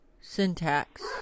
syntax